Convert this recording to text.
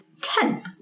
Ten